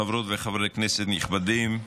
חברות וחברי כנסת נכבדים,